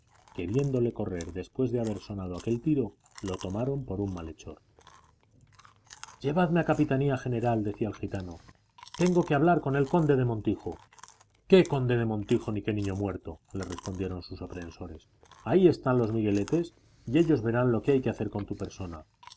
viéndole correr después de haber sonado aquel tiro lo tomaron por un malhechor llevadme a la capitanía general decía el gitano tengo que hablar con el conde del montijo qué conde del montijo ni qué niño muerto le respondieron sus aprehensores ahí están los migueletes y ellos verán lo que hay que hacer con tu persona